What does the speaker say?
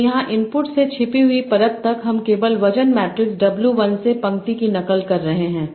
तो यहां इनपुट से छिपी हुई परत तक हम केवल वजन मैट्रिक्स W1 से पंक्ति की नकल कर रहे हैं